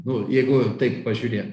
nu jeigu taip pažiūrėt